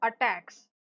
attacks